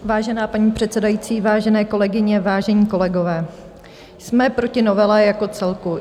Vážená paní předsedající, vážené kolegyně, vážení kolegové, jsme proti novele jako celku.